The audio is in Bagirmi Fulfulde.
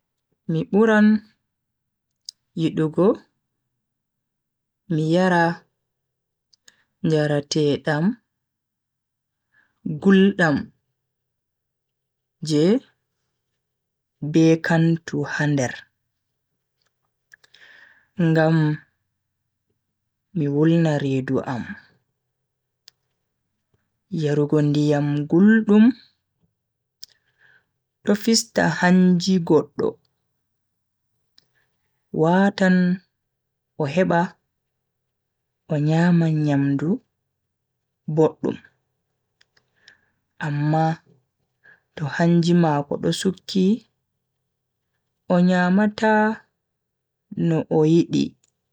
Mi buran yidugo mi yara njaratedam guldam je be kantu ha nder. ngam mi wulna redu am. yarugo ndiyam guldum do fista hanji goddo watan o heba o nyama nyamdu boddum. amma to hanji mako do sukki o nyamata no o yidi.